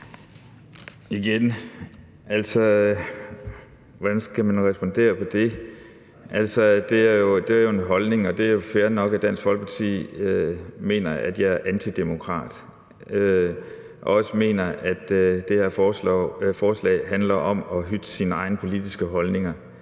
Hvordan skal man respondere på det? Altså, det er jo en holdning, og det er fair nok, at Dansk Folkeparti mener, at jeg er antidemokrat, og også mener, at det her forslag handler om at hytte sine egne politiske holdninger.